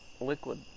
liquid